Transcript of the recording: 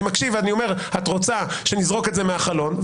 אני מקשיב ואני אומר שאת רוצה שנזרוק את זה מהחלון,